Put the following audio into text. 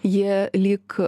jie lyg